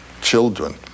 children